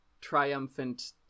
triumphant